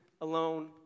alone